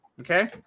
okay